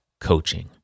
coaching